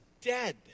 dead